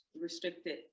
restricted